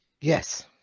Yes